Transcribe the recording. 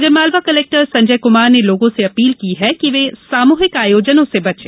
Agar Malwa collector Sanjay Kumar ने लोगों से अपील की कि वे सामूहिक ऑयोजनों से बचें